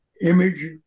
image